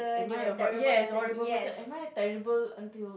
am I a hor~ yes a horrible person am I terrible until